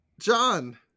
John